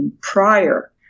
prior